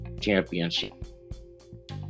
championship